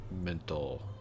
Mental